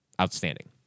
outstanding